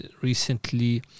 recently